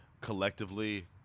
collectively